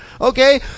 Okay